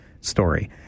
story